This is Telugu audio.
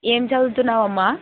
ఏం చదువుతున్నావమ్మా